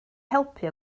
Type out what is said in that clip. helpu